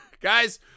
guys